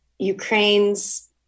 Ukraine's